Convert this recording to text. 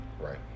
Right